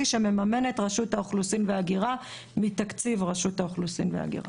שמממנת רשות האוכלוסין וההגירה מתקציב רשות האוכלוסין וההגירה.